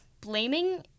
blaming